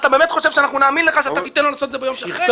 אתה באמת חושב שאנחנו נאמין לך שאתה תיתן לנו לעשות את זה ביום שאחרי?